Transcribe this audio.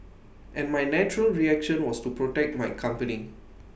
and my natural reaction was to protect my company